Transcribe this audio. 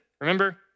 remember